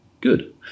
good